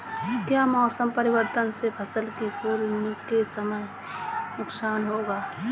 क्या मौसम परिवर्तन से फसल को फूल के समय नुकसान होगा?